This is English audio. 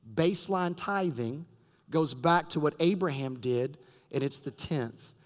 baseline tithing goes back to what abraham did. and it's the tenth.